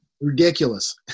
Ridiculous